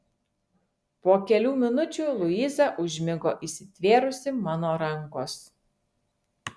po kelių minučių luiza užmigo įsitvėrusi mano rankos